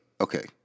okay